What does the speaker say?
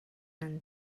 and